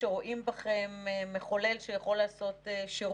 היה חשוב שנתזמן את השעות שבהם תוכל לדבר כי חשוב לנו לשמוע את דעתך.